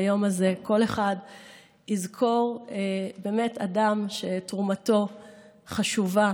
ביום הזה כל אחד יזכור אדם שתרומתו חשובה